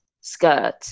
skirt